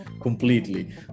completely